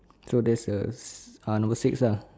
so there's a uh number six ah